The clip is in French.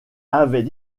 avaient